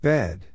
Bed